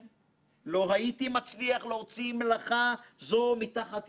שפעילותנו היא תעודת כבוד לכנסת והלוואי